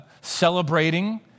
celebrating